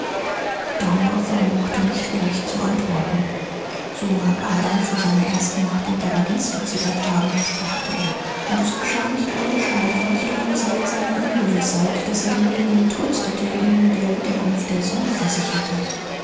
daumer vermochte nicht gleich zu antworten so mag adam vor seiner ersten nacht im paradies gezittert haben dachte er und es geschah nicht ohne schauder nicht ohne seltsame ungewißheit daß er den jüngling tröstete ihn der wiederkunft der sonne versicherte